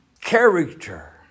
character